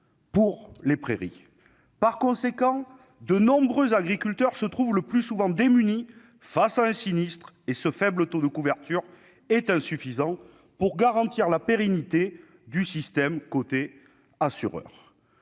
pour les prairies. Par conséquent de nombreux agriculteurs se trouvent le plus souvent démunis face à un sinistre. Ce faible taux de couverture est insuffisant pour garantir la pérennité du système du côté des assureurs.